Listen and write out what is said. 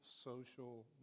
social